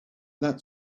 that